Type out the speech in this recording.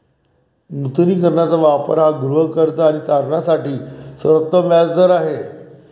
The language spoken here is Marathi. नूतनीकरणाचा वापर हा गृहकर्ज आणि तारणासाठी सर्वोत्तम व्याज दर आहे